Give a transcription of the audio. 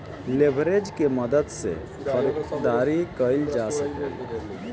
leverage के मदद से खरीदारी कईल जा सकेला